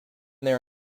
their